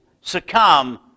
succumb